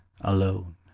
alone